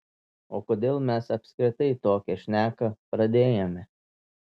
o kodėl mes apskritai tokią šneką pradėjome